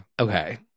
Okay